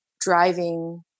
driving